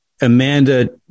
Amanda